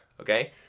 Okay